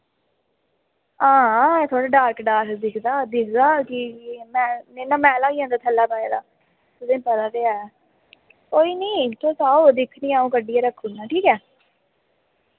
हां थोह्ड़े dark dark दिक्खदा दिक्खगा कि कि मैं नी तां मैला होई जंदा थल्लै पाए दा तुसें पता ते ऐ कोई नी तुस आओ दिक्खनी अऊं कड्ढियै रक्खुना ठीक ऐ